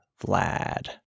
vlad